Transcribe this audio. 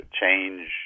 change